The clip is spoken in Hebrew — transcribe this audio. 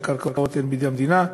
במיוחד, כי הקרקעות הן בידי המדינה,